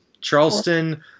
Charleston